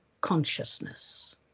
consciousness